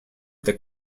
that